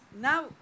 Now